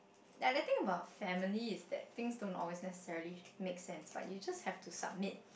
and the thing about family is that things don't always necessarily make sense but you just have to submit